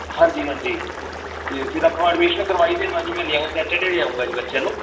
ਹਾਂਜੀ ਹਾਂਜੀ ਅਤੇ ਫਿਰ ਆਪਾਂ ਐਡਮਿਸ਼ਨ ਕਰਵਾਈ ਦੇਵਾਂ ਜੀ ਮੈਂ ਲਿਆਉਂ ਸੈਚਰਡੇ ਲਿਆਊਂਗਾ ਜੀ ਬੱਚਿਆਂ ਨੂੰ